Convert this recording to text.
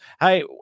Hey